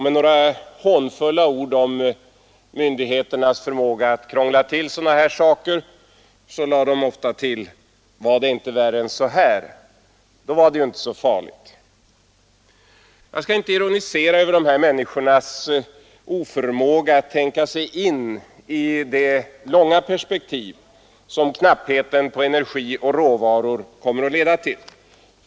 Med några hånfulla ord om myndigheternas förmåga att krångla till sådana här saker lade man ofta till: ”Var det inte värre än så här, då var det ju inte så farligt.” Jag skall inte ironisera över dessa människors oförmåga att tänka sig in i det långa perspektiv som knappheten på energi och råvaror kommer att leda till.